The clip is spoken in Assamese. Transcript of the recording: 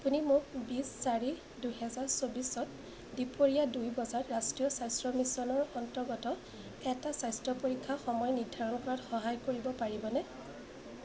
আপুনি মোক বিছ চাৰি দুহেজাৰ চৌবিছত দুপৰীয়া দুই বজাত ৰাষ্ট্ৰীয় স্বাস্থ্য মিছনৰ অন্তৰ্গত এটা স্বাস্থ্য পৰীক্ষাৰ সময় নিৰ্ধাৰণ কৰাত সহায় কৰিব পাৰিবনে